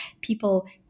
people